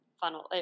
funnel